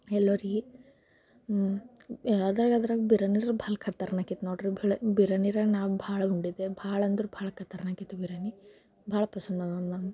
ಎಲ್ಲರಿಗೆ ಅದ್ರಾಗದ್ರಾಗೆ ಬಿರಿಯಾನಿರೆ ಭಾಳ ಖತರ್ನಾಕಿತ್ತು ನೋಡಿರಿ ಬಿರಿಯಾನಿರೆ ನಾವು ಭಾಳ ಉಂಡಿದ್ದೆ ಭಾಳ ಅಂದ್ರೆ ಭಾಳ ಖತರ್ನಾಕಿತ್ತು ಬಿರಿಯಾನಿ ಭಾಳ ಪಸಂದಬಂದಿದೆ ನಂಗೆ